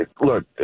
Look